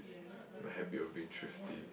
my habit of being thrifty